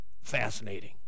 fascinating